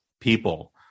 people